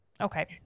Okay